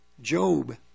Job